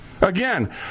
Again